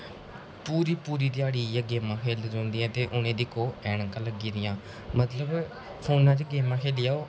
पूरी पूरी थ्याडी इ'यै गेमां खेढदे रौंह्दे ऐ ते उ'नें दिक्खो ऐनका लग्गी दियां मतलब फोने च गेमा खेढी ऐ ओह्